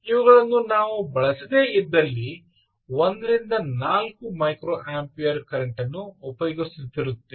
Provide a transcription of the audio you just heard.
ಇವುಗಳನ್ನು ನಾವು ಬಳಸದೆ ಇದ್ದಲ್ಲಿ ಒಂದರಿಂದ ನಾಲ್ಕು ಮೈಕ್ರೊಅಂಪಿಯರ್ ಕರೆಂಟ್ ಅನ್ನು ಉಪಯೋಗಿಸುತ್ತಿರುತ್ತೇವೆ